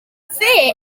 fear